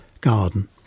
garden